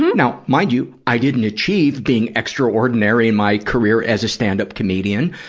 now, mind you, i didn't achieve being extraordinary in my career as a stand-up comedian,